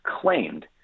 claimed